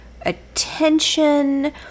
attention